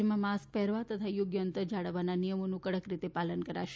રાજ્યમાં માસ્ક પહેરવા તથા યોગ્ય અંતર જાળવવાના નિયમોનું કડક રીતે પાલન કરાશે